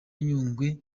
nyungwe